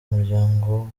muryango